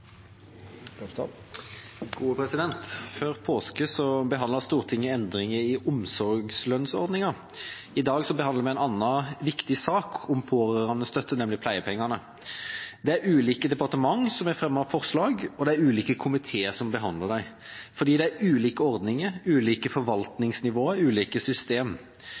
Før påske behandlet Stortinget endringer i omsorgslønnsordningen. I dag behandler vi en annen viktig sak om pårørendestøtte, nemlig pleiepengene. Det er ulike departement som har fremmet forslag, og det er ulike komiteer som behandler dem, fordi det er ulike ordninger, ulike forvaltningsnivåer, ulike system.